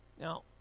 Now